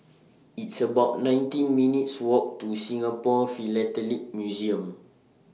It's about nineteen minutes' Walk to Singapore Philatelic Museum